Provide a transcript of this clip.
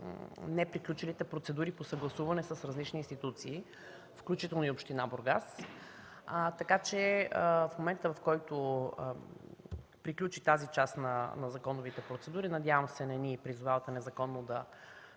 неприключилите процедури по съгласуване с различни институции, включително и община Бургас, така че в момента, в който приключи тази част от законовите процедури, надявам се не ни призовавате незаконно да